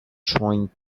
trying